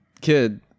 kid